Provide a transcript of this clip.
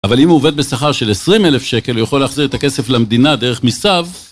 אבל אם הוא עובד בשכר של 20 אלף שקל, הוא יכול להחזיר את הכסף למדינה דרך מיסיו.